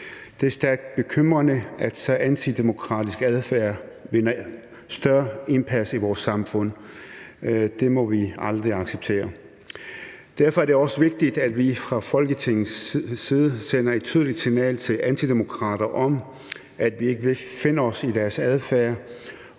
Det er stærkt bekymrende, at en så antidemokratisk adfærd vinder større indpas i vores samfund. Det må vi aldrig acceptere. Derfor er det også vigtigt, at vi fra Folketingets side sender et tydeligt signal til antidemokrater om, at vi ikke vil finde os i deres adfærd,